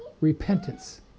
Repentance